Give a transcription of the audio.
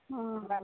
हँ